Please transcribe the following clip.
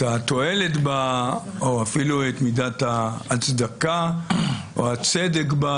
התועלת בה או אפילו את מידת ההצדקה או הצדק בה.